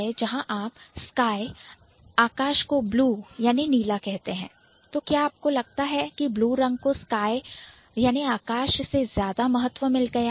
जब आप Sky आकाश को Blue नीला कहते हैं तो क्या आपको लगता है की ब्लू रंग को स्काई जाने आकाश से ज्यादा महत्व मिल गया है